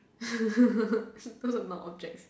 those are not objects